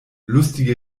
lustige